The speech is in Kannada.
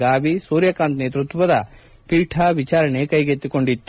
ಗಾವಿ ಸೂರ್ಯಕಾಂತ್ ನೇತೃತ್ವದ ಪೀಠ ವಿಚಾರಣೆ ಕೈಗೆತ್ತಿಕೊಂಡಿತ್ತು